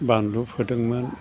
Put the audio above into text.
बानलु फोदोंमोन